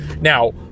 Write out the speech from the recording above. Now